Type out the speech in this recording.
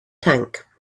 tank